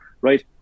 right